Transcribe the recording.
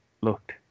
looked